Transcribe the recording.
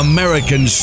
American